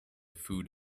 food